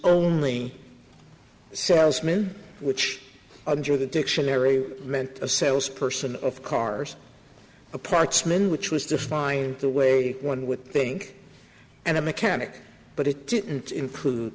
ousmane which under the dictionary meant a salesperson of cars a parts men which was defined the way one would think and a mechanic but it didn't include